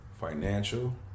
financial